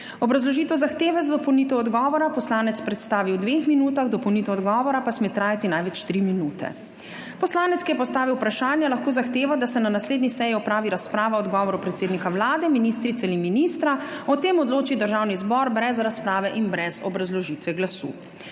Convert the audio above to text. Obrazložitev zahteve za dopolnitev odgovora poslanec predstavi v dveh minutah, dopolnitev odgovora pa sme trajati največ tri minute. Poslanec, ki je postavil vprašanje, lahko zahteva, da se na naslednji seji opravi razprava o odgovoru predsednika Vlade, ministrice ali ministra; o tem odloči Državni zbor brez razprave in brez obrazložitve glasu.